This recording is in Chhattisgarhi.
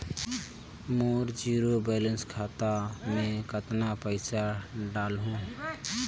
मोर जीरो बैलेंस खाता मे कतना पइसा डाल हूं?